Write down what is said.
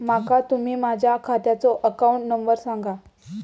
माका तुम्ही माझ्या खात्याचो अकाउंट नंबर सांगा?